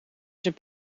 zijn